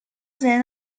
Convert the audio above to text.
than